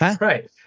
Right